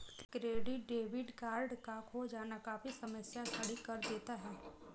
credit debit card का खो जाना काफी समस्या खड़ी कर देता है